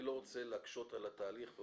אני לא רוצה להקשות על התהליך.